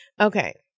Okay